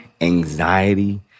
anxiety